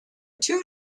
two